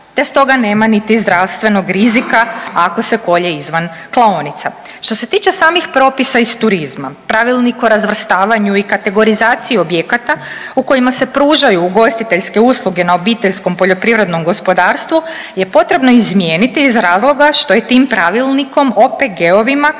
te stoga nema niti zdravstvenog rizika ako se kolje izvan klaonica. Što se tiče samih propisa iz turizma Pravilnik o razvrstavanju i kategorizaciji objekata u kojima se pružaju ugostiteljske usluge na obiteljskom poljoprivrednom gospodarstvu je potrebno izmijeniti iz razloga što je tim pravilnikom OPG-ovima koji